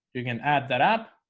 you can add that app